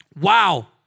wow